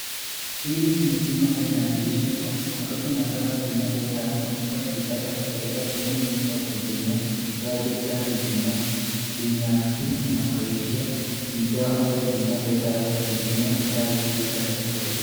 Hili ni simu ambayo inajulisha kuwa, wakati ambapo unataka kutumia pesa unaweza kuipata, katika sehemu hii kwa kuitumia kifaa hiki mbila kuitumia simu yako, hii inakurahisishia kuitoa au kuitumia pesa haraka kuitumia kifaa hiki mbila tatizo yoyote.